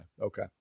okay